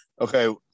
okay